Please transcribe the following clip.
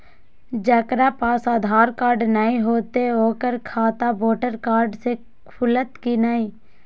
जकरा पास आधार कार्ड नहीं हेते ओकर खाता वोटर कार्ड से खुलत कि नहीं?